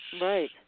Right